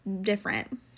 different